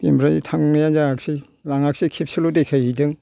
बेनिफ्राइ थांनाया जायाख्सै लाङाख्सै खेबसेल' देखायहैदों